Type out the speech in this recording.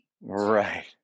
Right